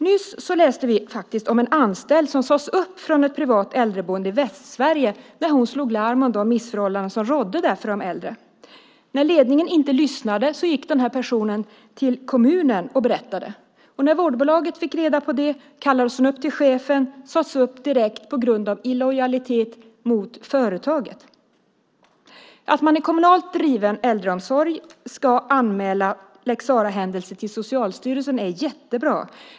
Nyligen kunde vi läsa om en kvinnlig anställd som sades upp från ett privat äldreboende i Västsverige när hon slog larm om de missförhållanden som rådde på boendet för de äldre. När ledningen inte lyssnade gick den här personen till kommunen och berättade. När vårdbolaget fick reda på det kallades hon in till chefen. Hon sades upp direkt på grund av illojalitet mot företaget. Att man i kommunalt driven äldreomsorg ska anmäla lex Sarah-händelser till Socialstyrelsen är jättebra.